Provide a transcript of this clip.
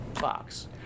box